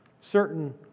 certain